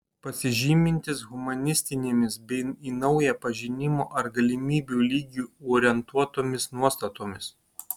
pasižymintis humanistinėmis bei į naują pažinimo ar galimybių lygį orientuotomis nuostatomis